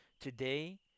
Today